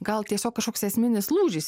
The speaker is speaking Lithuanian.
gal tiesiog kažkoks esminis lūžis